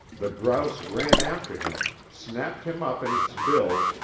the grouse ran after him, snapped him up in its bill,